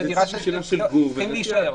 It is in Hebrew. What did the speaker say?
וצריכות להישאר.